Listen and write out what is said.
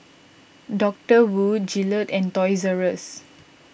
Doctor Wu Gillette and Toys Rus